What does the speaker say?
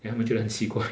then 他们就觉得很奇怪